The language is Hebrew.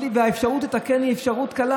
והאפשרות לתקן היא אפשרות קלה,